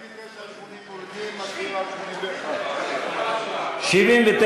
מס' 79, 80, מורידים, מצביעים על 81. 79,